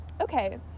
Okay